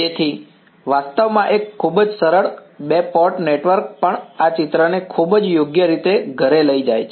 તેથી વાસ્તવમાં એક ખૂબ જ સરળ બે પોર્ટ નેટવર્ક પણ આ ચિત્રને ખૂબ જ યોગ્ય રીતે ઘરે લઈ જાય છે